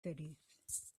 cities